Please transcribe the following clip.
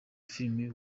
filime